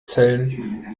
zellen